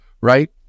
right